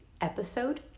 episode